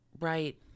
right